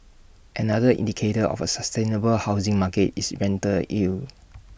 another indicator of A sustainable housing market is rental yield